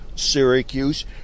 Syracuse